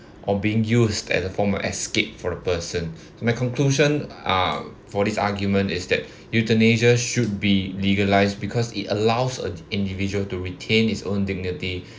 or being used as a form of escape for a person my conclusion uh for this argument is that euthanasia should be legalized because it allows uh individual to retain his own dignity